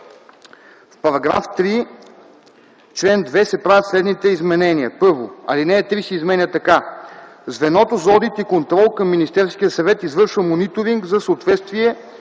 „В § 3, чл. 2 се правят следните изменения: 1. Алинея 3 се изменя така: „(3) Звеното за одит и контрол към Министерския съвет извършва мониторинг за съответствие